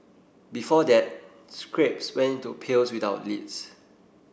before that scraps went into pails without lids